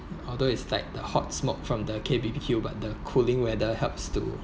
although it's like the hot smoke from the K B_B_Q but the cooling weather helps to